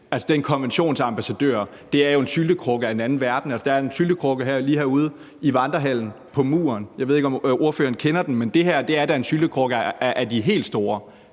Den konventionsambassadør er jo en syltekrukke af den anden verden. Altså, der er en syltekrukke lige her ude i Vandrehallen på muren – jeg ved ikke, om ordføreren kender den – men det her er da en syltekrukke af de helt store.